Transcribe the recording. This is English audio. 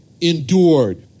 endured